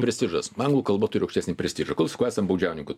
prestižas anglų kalba turi aukštesnį prestižą kol sakau esam baudžiauninkų